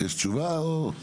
יש תשובה או...?